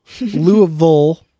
Louisville